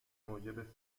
موجب